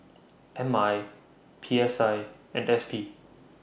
M I P S I and S P